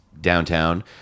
downtown